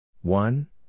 One